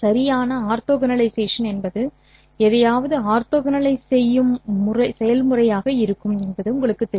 சரியான ஆர்த்தோகனலைசேஷன் என்பது எதையாவது ஆர்த்தோகனலைஸ் செய்யும் செயல்முறையாக இருக்கும் என்பது உங்களுக்குத் தெரியும்